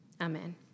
Amen